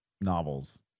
novels